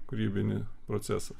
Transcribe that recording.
kūrybinį procesą